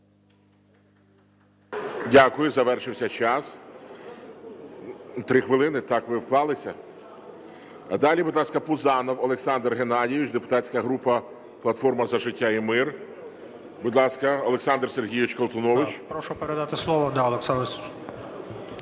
Дякую. Завершився час. 3 хвилини, так, ви вклалися. Далі. будь ласка, Пузанов Олександр Геннадійович, депутатська група "Платформа за життя та мир". Будь ласка, Олександр Сергійович Колтунович. 14:21:03 ПУЗАНОВ О.Г. Прошу передати слово Олександру Колтуновичу.